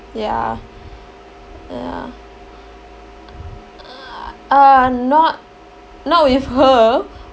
ya ya uh not not with her